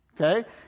okay